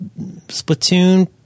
Splatoon